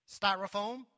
Styrofoam